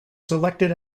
selected